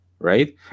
Right